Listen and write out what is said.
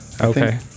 Okay